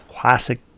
classic